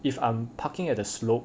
if I'm parking at the slope